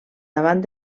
davant